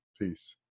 Peace